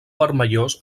vermellós